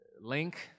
link